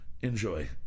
Enjoy